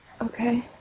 Okay